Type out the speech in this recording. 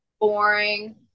Boring